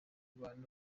bantu